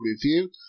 review